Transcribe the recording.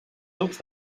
tubs